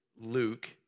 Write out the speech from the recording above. Luke